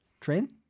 Train